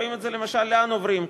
רואים למשל לאן עוברים.